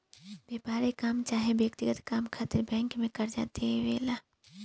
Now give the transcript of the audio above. व्यापारिक काम चाहे व्यक्तिगत काम खातिर बैंक जे कर्जा देवे ला